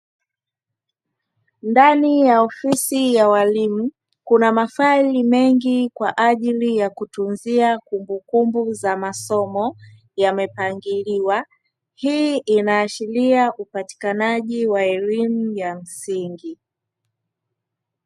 Ndani ya ofisi ya walimu kuna mafaili mengi kwa ajili ya kutunzia kumbu kumbu za masomo yamepangiliwa, hii inaashiria upatikanaji wa elimu ya msingi.